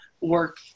work